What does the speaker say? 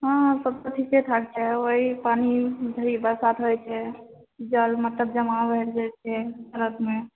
हँ आओर सब तऽ ठीकेठाक छै ओएह पानी भरि बरसात हइ छै जल मतलब जमा भए जाइत छै सड़कमे